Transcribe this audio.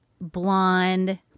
blonde